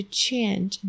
change